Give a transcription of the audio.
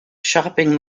shopping